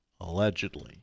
Allegedly